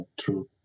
true